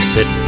Sit